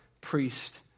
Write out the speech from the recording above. priest